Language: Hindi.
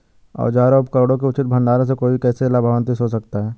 औजारों और उपकरणों के उचित भंडारण से कोई कैसे लाभान्वित हो सकता है?